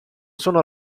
sono